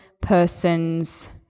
person's